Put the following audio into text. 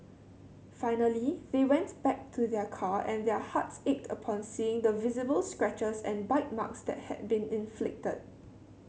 finally they went back to their car and their hearts ached upon seeing the visible scratches and bite marks that had been inflicted